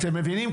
אתם מבינים?